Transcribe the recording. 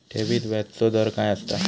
ठेवीत व्याजचो दर काय असता?